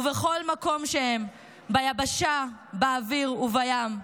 ובכל מקום שהם, ביבשה, באוויר ובים.